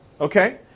Okay